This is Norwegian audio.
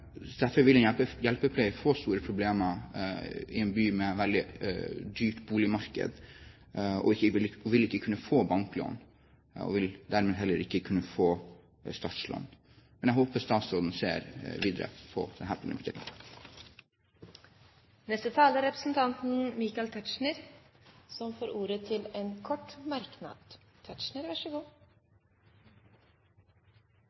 Derfor vil en hjelpepleier få store problemer i en by med veldig dyrt boligmarked, og vil ikke kunne få banklån, og vil dermed heller ikke kunne få startlån. Men jeg håper statsråden ser videre på denne problemstillingen. Michael Tetzschner har hatt ordet to ganger og får ordet til en kort merknad,